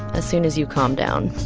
as soon as you calm down